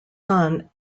son